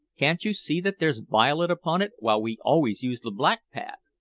can't you see that there's violet upon it, while we always use the black pad!